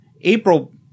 April